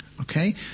Okay